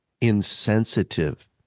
insensitive